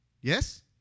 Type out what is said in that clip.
Yes